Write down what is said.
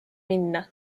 minna